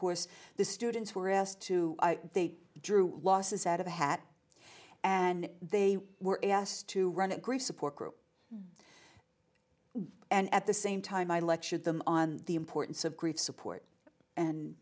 course the students were asked to they drew losses out of a hat and they were asked to run a grief support group and at the same time i lectured them on the importance of grief support and